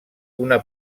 una